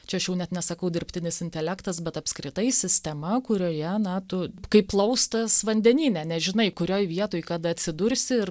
čia aš jau net nesakau dirbtinis intelektas bet apskritai sistema kurioje na tu kaip plaustas vandenyne nežinai kurioj vietoj kada atsidursi ir